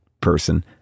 person